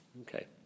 Okay